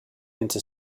into